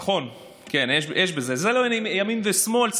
נכון, כן, יש בזה, זה לא ימין ושמאל.